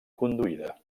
conduïda